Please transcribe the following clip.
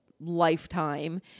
lifetime